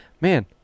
man